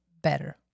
better